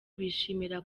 bishimira